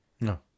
No